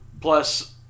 Plus